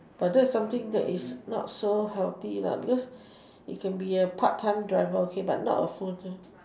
but that is something that is not so healthy because you can be a part time driver okay but not a full time